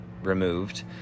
removed